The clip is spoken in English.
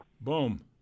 Boom